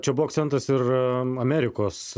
čia buvo akcentas ir amerikos